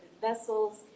vessels